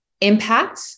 impact